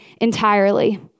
entirely